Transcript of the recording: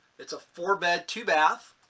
it's a four bed, two bath,